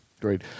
Great